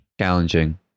Challenging